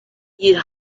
you’d